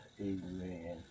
amen